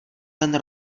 ten